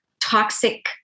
toxic